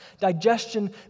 Digestion